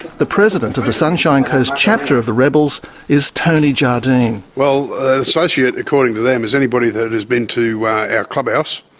the president of the sunshine coast chapter of the rebels is tony jardine. well, an associate according to them is anybody that has been to our clubhouse